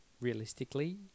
realistically